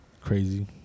Crazy